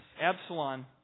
Absalom